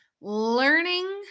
learning